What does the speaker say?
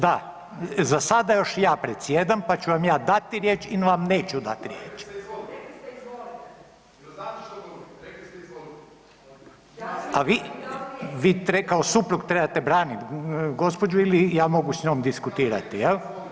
Da, za sada još ja predsjedam pa ću vam ja dati riječ ili vam neću dati riječ … [[Upadica: Ne razumije se.]] a vi kao suprug trebate branit gospođu ili ja mogu s njom diskutirati, jel.